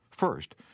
First